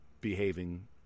behaving